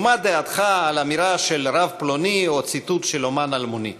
ומה דעתך על אמירה של רב פלוני או ציטוט של אמן אלמוני.